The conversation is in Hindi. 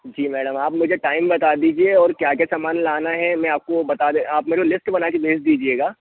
जी मैडम आप मुझे टाइम बता दीजिए और क्या क्या सामान लाना है मैं आपको बता दे आप मेरे को लिस्ट बनाकर भेज दीजिएगा